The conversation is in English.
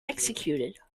executed